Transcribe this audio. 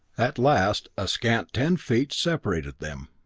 at last a scant ten feet separated them.